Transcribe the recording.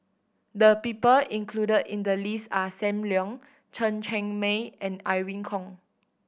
the people included in the list are Sam Leong Chen Cheng Mei and Irene Khong